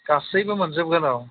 गासैबो मोनजोबगोन औ